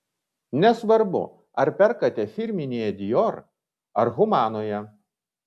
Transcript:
nesvarbu ar perkate firminėje dior ar humanoje